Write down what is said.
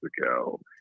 ago